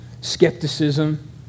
skepticism